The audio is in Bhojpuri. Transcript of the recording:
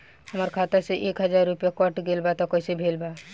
हमार खाता से एक हजार रुपया कट गेल बा त कइसे भेल बा?